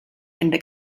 hände